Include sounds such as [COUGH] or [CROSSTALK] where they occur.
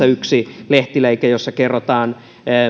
[UNINTELLIGIBLE] yksi lehtileike jossa kerrotaan